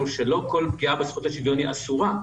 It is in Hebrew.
שלא כל פגיעה בזכות לשוויון היא אסורה.